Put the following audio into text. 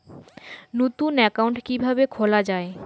নতুন একাউন্ট কিভাবে খোলা য়ায়?